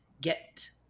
get